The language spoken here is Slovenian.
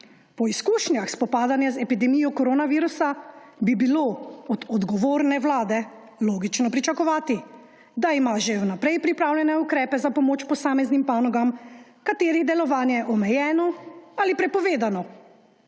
Po izkušnjah spopadanja z epidemijo koronavirusa bi bilo od odgovorne vlade logično pričakovati, da ima že vnaprej pripravljene ukrepe za pomoč posameznim panogam, katerih delovanje je omejeno ali prepovedano,